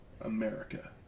America